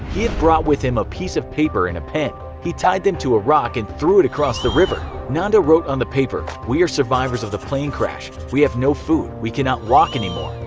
he had brought with him a piece of paper and a pen. he tied them to a rock and threw it across the river. nando wrote on the paper we are survivors of the plane crash. we have no food. we cannot walk anymore.